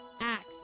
Acts